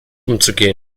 umzugehen